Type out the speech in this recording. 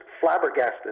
flabbergasted